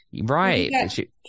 Right